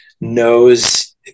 knows